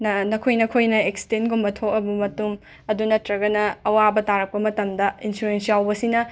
ꯅ ꯅꯈꯣꯏ ꯅꯈꯣꯏꯅ ꯑꯦꯛꯁꯇꯦꯟꯒꯨꯝꯕ ꯊꯣꯛꯑꯕ ꯃꯇꯨꯡ ꯑꯗꯨ ꯅꯠꯇ꯭ꯔꯒꯅ ꯑꯋꯥꯕ ꯇꯥꯔꯛꯄ ꯃꯇꯝꯗ ꯏꯟꯁꯨꯔꯦꯟꯁ ꯌꯥꯎꯕꯁꯤꯅ